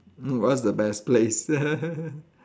mm what's the best place